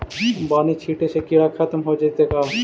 बानि छिटे से किड़ा खत्म हो जितै का?